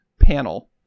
panel